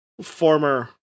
former